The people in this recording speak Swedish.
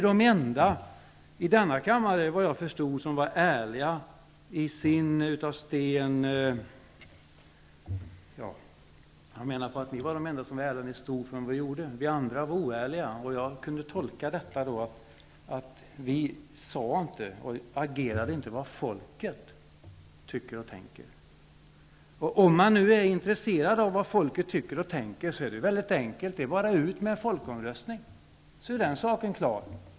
Såvitt jag förstod av Folkpartiet här i kammaren skulle folkpartisterna vara de enda som är ärliga och står för vad de gör medan vi andra är oärliga. Jag kunde tolka detta som att vi inte säger och agerar utifrån vad folket tycker och tänker. Om man är intresserad av att få reda på vad folket tycker och tänker är det mycket lätt att få reda på det. Det är bara att gå ut med en folkomröstning så är den saken klar.